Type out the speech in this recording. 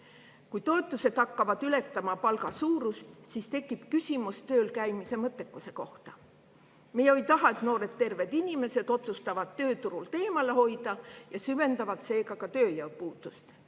Kui toetused hakkavad ületama palga suurust, siis tekib küsimus töölkäimise mõttekuse kohta. Me ju ei taha, et noored terved inimesed otsustavad tööturult eemale hoida ja süvendavad seega ka tööjõupuudust.